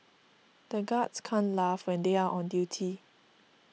the guards can't laugh when they are on duty